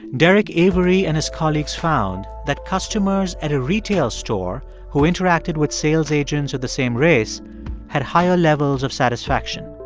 derek avery and his colleagues found that customers at a retail store who interacted with sales agents of the same race had higher levels of satisfaction.